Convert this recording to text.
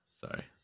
sorry